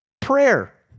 prayer